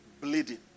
bleeding